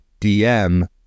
DM